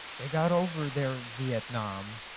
they got over their vietnam.